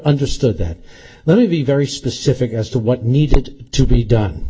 understood that let me be very specific as to what needed to be done